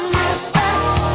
respect